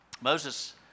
Moses